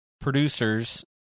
producers